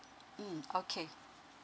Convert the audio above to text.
mm okay